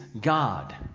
God